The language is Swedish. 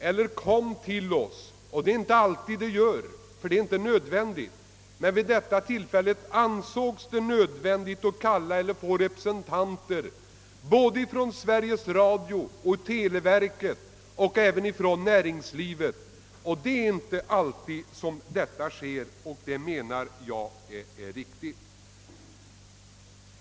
Men vid detta tillfälle ansågs det nödvändigt — det är inte alltid fallet — att få höra representanter från Sveriges Radio, telever ket och även näringslivet, och jag menar att det var riktigt.